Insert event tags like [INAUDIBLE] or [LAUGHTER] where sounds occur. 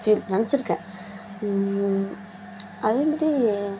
[UNINTELLIGIBLE] நினைச்சிருக்கேன் அதேமாதிரி